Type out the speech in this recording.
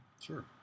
Sure